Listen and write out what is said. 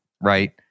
right